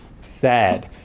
sad